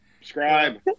Subscribe